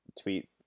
tweet